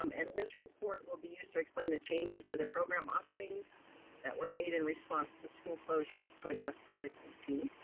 um and this report will be used to explain the changes to the program offerings that were made in response to school closures to address covid nineteen.